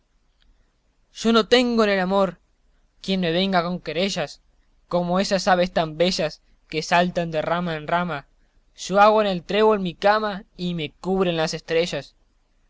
yo no tengo en el amor quien me venga con querellas como esas aves tan bellas que saltan de rama en rama yo hago en el trébol mi cama y me cubren las estrellas